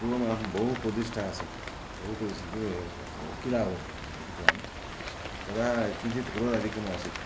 पूर्वमहं बहु क्रोधिष्टः आसम् बहु क्रोधिष्टः इति वकीलः उक्तवान् तदा किञ्चित् क्रोधम् अधिकम् आसीत्